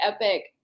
epic